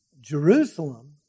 Jerusalem